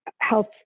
health